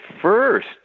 first